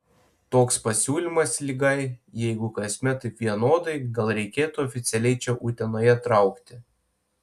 toks pasiūlymas lygai jeigu kasmet taip vienodai gal reikėtų oficialiai čia utenoje traukti